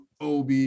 OB